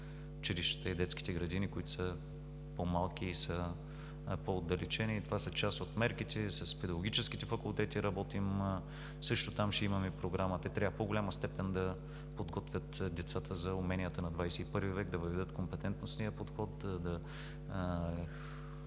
и детските градини, които са по-малки и по-отдалечени. Това са част от мерките. Работим с педагогическите факултети, там също ще имаме програма. Те трябва в по-голяма степен да подготвят децата за уменията на ХХI век, да въведат компетентностния подход, да